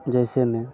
जैसे में